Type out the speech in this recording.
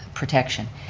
protection.